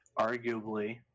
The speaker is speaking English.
arguably –